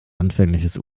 anfängliches